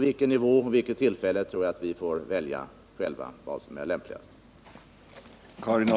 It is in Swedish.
Vilken nivå och vilket tillfälle som är lämpligast tror jag det är bäst att regeringen får avgöra.